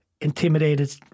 intimidated